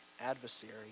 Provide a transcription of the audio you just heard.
adversary